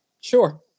sure